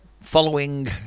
following